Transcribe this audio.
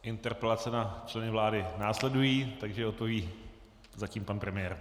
Interpelace na členy vlády následují, takže odpoví zatím pan premiér.